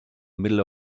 middle